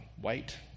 white